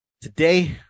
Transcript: Today